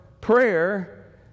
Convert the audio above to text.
prayer